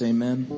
Amen